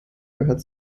gehört